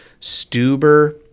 Stuber